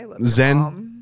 Zen